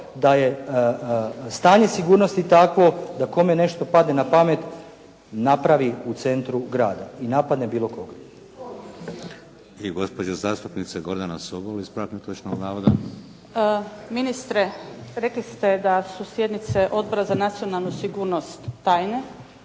da je stanje sigurnosti takvo da kome nešto padne na pamet napravi u centru grada i napadne bilo koga. **Šeks, Vladimir (HDZ)** I gospođa zastupnica Gordana Sobol, ispravak netočnog navoda. **Sobol, Gordana (SDP)** Ministre, rekli ste da su sjednice Odbora za nacionalnu sigurnost tajne,